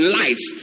life